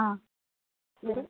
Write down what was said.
ஆ வேறு